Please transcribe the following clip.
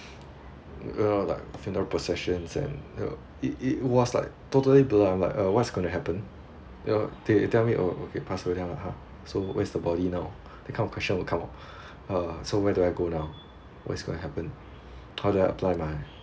uh like funeral processions and you know it it it was like totally blur I'm like err what is gonna happen you know they they tell me oh okay passed away then I'm like !huh! so where's the body now that kind of question will come out err so where do I go now what's going happen how do I apply my